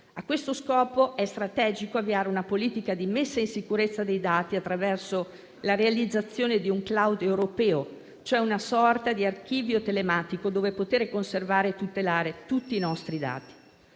A questo scopo è strategico avviare una politica di messa in sicurezza dei dati attraverso la realizzazione di un *cloud* europeo, cioè una sorta di archivio telematico dove poter conservare e tutelare tutti i nostri dati.